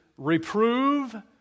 Reprove